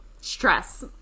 stress